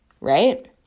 Right